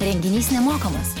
renginys nemokamas